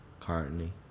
currently